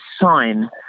sign